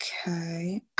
Okay